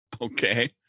Okay